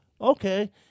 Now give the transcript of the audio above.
Okay